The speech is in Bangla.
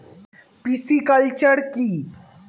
পিসিকালচার কি?